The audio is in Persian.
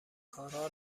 کارها